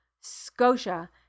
Scotia